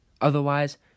Otherwise